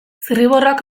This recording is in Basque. zirriborroak